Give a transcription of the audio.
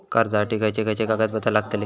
कर्जासाठी खयचे खयचे कागदपत्रा लागतली?